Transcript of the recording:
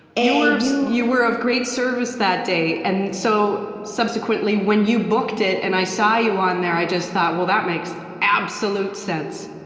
and were of, you you were of great service that day. and so, subsequently when you booked it and i saw you on there, i just thought well that makes absolute sense.